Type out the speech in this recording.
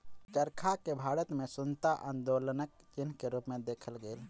चरखा के भारत में स्वतंत्रता आन्दोलनक चिन्ह के रूप में देखल गेल